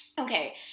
Okay